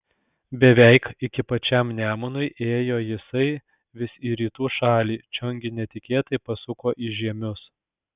beveik iki pačiam nemunui ėjo jisai vis į rytų šalį čion gi netikėtai pasuko į žiemius